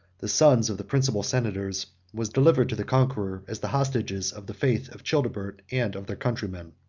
the sons of the principal senators, was delivered to the conqueror, as the hostages of the faith of childebert, and of their countrymen.